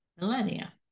millennia